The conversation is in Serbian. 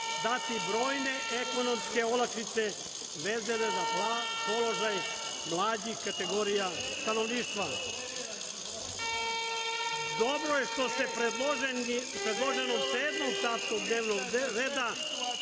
dati brojne ekonomske olakšice vezane za položaj mlađih kategorija stanovništva. Dobro je što se predloženom Sedmom tačkom dnevnog reda